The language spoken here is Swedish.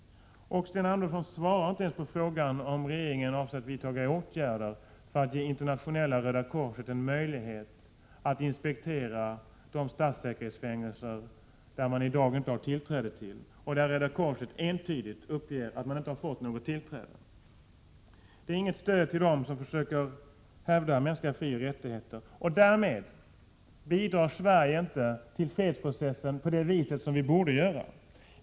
Sten Andersson svarar inte ens på frågan om regeringen avser att vidta några åtgärder för att ge Internationella röda korset en möjlighet att inspektera de statssäkerhetsfängelser som Röda korset entydigt uppger att man inte fått tillträde till. Sten Anderssons svar är inte något stöd till dem som försöker att hävda mänskliga frioch rättigheter, och därmed bidrar Sverige inte till fredsprocessen på det sätt som vi borde göra.